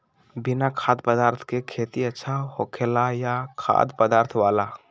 बिना खाद्य पदार्थ के खेती अच्छा होखेला या खाद्य पदार्थ वाला?